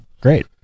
great